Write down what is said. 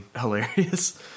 hilarious